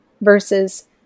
versus